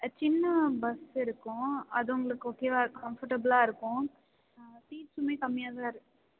ஆ சின்ன பஸ்ஸு இருக்கும் அது உங்களுக்கு ஓகேவா கம்ஃபர்ட்டபுல்லாக இருக்கும் அங்கே சீட்ஸும் கம்மியாக தான் இருக்கு